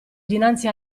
dinanzi